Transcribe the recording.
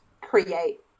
create